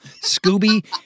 Scooby